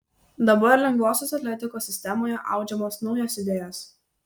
dabar lengvosios atletikos sistemoje audžiamos naujos idėjos